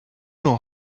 know